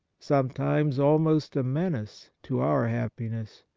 sometimes almost a menace, to our happiness.